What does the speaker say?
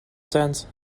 tent